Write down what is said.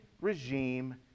regime